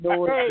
Hey